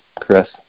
Chris